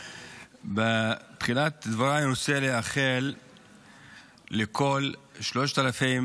בתחילת דבריי אני רוצה לאחל לכל 3,000